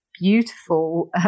beautiful